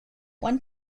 one